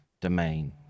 domain